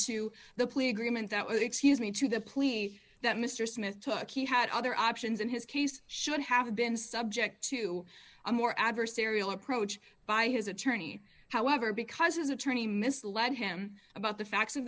to the plea agreement that was excuse me to the plea that mr smith took he had other options and his case should have been subject to a more adversarial approach by his attorney however because his attorney misled him about the fact